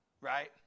Right